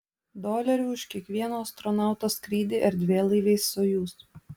dolerių už kiekvieno astronauto skrydį erdvėlaiviais sojuz